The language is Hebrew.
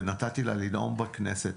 נתתי לה לנאום בכנסת.